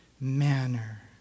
manner